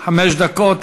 חברים,